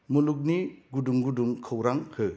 मुलुगनि गुदुं गुदुं खौरां हो